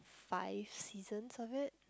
five seasons of it